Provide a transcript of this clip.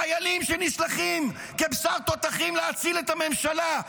חיילים שנשלחים כבשר תותחים להציל את הממשלה.